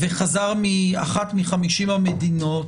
וחזר מאחת מ-50 המדינות,